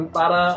para